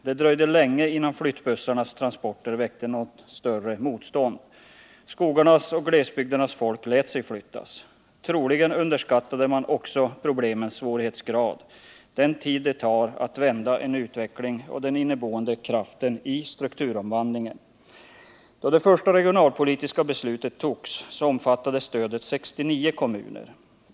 Det dröjde länge innan flyttbussarnas transporter väckte något större motstånd. Skogarnas och glesbygdernas folk lät sig flyttas. Troligen underskattade man också problemens svårighetsgrad, den tid det tar att vända en utveckling och den inneboende kraften i strukturomvandlingen. Då det första regionalpolitiska beslutet togs, omfattade stödet 69 kommuner.